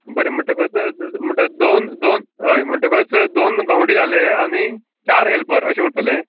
बरें म्हणटकच म्हणटच दोन दोन हय म्हणटकच दोन गोंवण्डे जाले आनी चार हॅल्पर अशे उरतले